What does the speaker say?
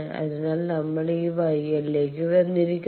അതിനാൽ നമ്മൾ ഈ YL ലേക്ക് വന്നിരിക്കുന്നു